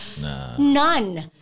None